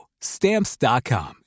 Stamps.com